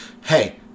hey